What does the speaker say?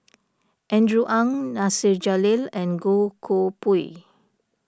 Andrew Ang Nasir Jalil and Goh Koh Pui